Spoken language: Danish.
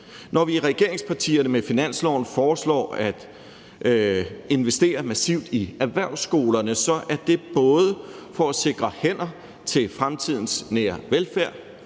Når vi i regeringspartierne med finansloven foreslår at investere massivt i erhvervsskolerne, så er det både for at sikre hænder til fremtidens nære velfærd